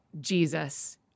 Jesus